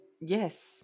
yes